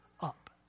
up